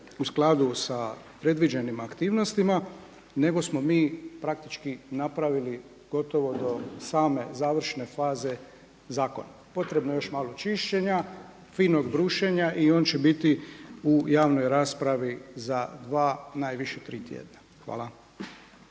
u skladu sa predviđenim aktivnostima nego smo mi praktički napravili gotovo do same završne faze zakon. Potrebno je još malo čišćenja, finog brušenja i on će biti u javnoj raspravi za 2, najviše 3 tjedna. Hvala.